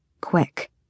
quick